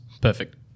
Perfect